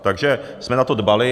Takže jsme na to dbali.